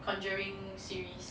conjuring series